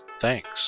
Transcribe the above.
Thanks